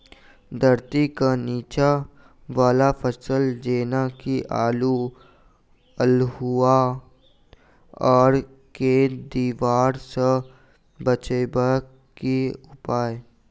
धरती केँ नीचा वला फसल जेना की आलु, अल्हुआ आर केँ दीवार सऽ बचेबाक की उपाय?